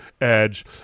Edge